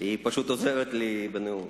היא פשוט עוזרת לי בנאום.